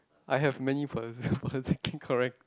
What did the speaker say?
I have many political politically correct